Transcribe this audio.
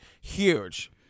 huge